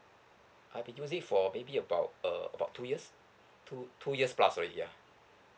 I've been using for maybe about uh about two years two two years plus sorry ya